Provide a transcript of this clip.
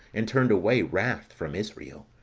and turned away wrath from israel.